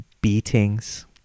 beatings